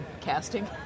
casting